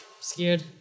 scared